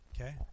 okay